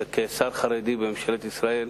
ושר חרדי בממשלת ישראל,